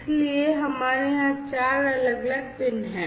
इसलिए हमारे यहां चार अलग अलग पिन हैं